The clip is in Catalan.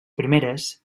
primeres